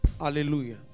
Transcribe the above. Hallelujah